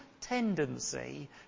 tendency